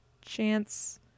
Chance